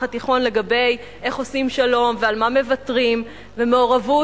התיכון לגבי איך עושים שלום ועל מה מוותרים ומעורבות